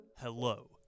Hello